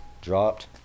dropped